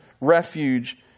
refuge